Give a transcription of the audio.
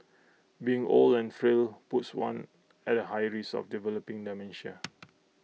being old and frail puts one at A high risk of developing dementia